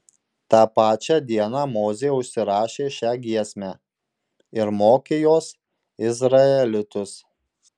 tą pačią dieną mozė užsirašė šią giesmę ir mokė jos izraelitus